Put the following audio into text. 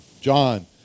John